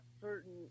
certain